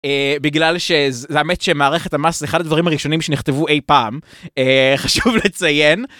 בגלל ש, האמת שמערכת המס זה אחד הדברים הראשונים שנכתבו אי פעם חשוב לציין.